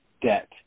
debt